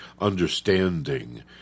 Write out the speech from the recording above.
understanding